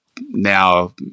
now